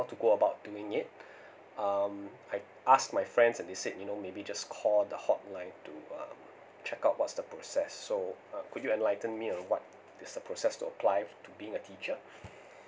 how to go about doing it um I asked my friends and they said you know maybe just call the hotline to uh check out what's the process so uh could you enlighten me on what is the process to apply to being a teacher